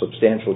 substantial